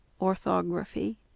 Orthography